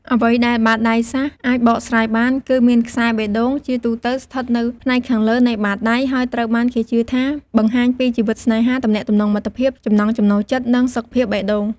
អ្វីដែលបាតដៃសាស្រ្តអាចបកស្រាយបាន គឺមានខ្សែបេះដូង ជាទូទៅស្ថិតនៅផ្នែកខាងលើនៃបាតដៃ ហើយត្រូវបានគេជឿថាបង្ហាញពីជីវិតស្នេហា ទំនាក់ទំនងមិត្តភាព ចំណង់ចំណូលចិត្ត និងសុខភាពបេះដូង។